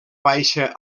baixa